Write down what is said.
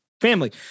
family